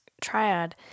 triad